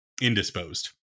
Indisposed